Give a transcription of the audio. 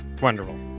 Wonderful